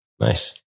Nice